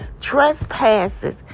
trespasses